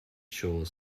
shore